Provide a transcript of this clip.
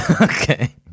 Okay